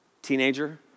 Teenager